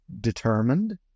determined